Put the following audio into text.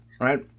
right